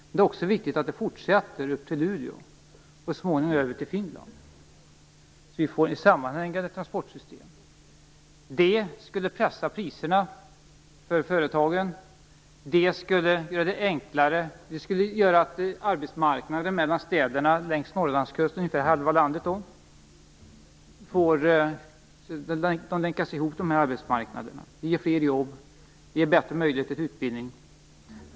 Det är också viktigt att den fortsätter upp till Luleå, och så småningom över till Finland, så att vi får ett sammanhängande transportsystem. Det skulle pressa priserna för företagen. Det skulle göra att arbetsmarknaden mellan städerna längs Norrlandskusten, dvs. ungefär halva landet, länkades ihop. Det skulle ge fler jobb och bättre möjligheter till utbildning.